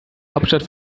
hauptstadt